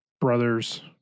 brothers